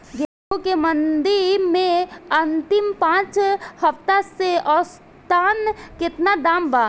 गेंहू के मंडी मे अंतिम पाँच हफ्ता से औसतन केतना दाम बा?